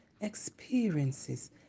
experiences